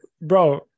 bro